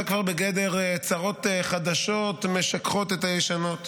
זה כבר בגדר צרות חדשות משככות את הישנות.